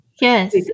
Yes